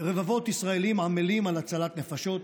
רבבות ישראלים עמלים על הצלת נפשות,